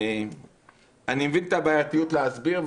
אני מבין את הבעייתיות להסביר.